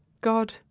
God